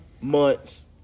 months